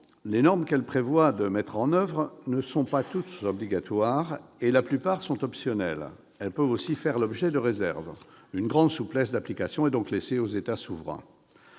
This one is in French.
les normes qu'elle prévoit de mettre en oeuvre ne sont pas toutes obligatoires et la plupart sont optionnelles. Celles-ci peuvent aussi faire l'objet de réserves. Une grande souplesse d'application est donc laissée aux États souverains.